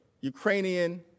Ukrainian